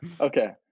Okay